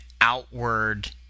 outward